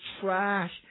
trash